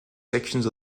sections